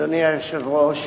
אדוני היושב-ראש,